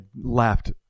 laughed